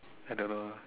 I don't know ah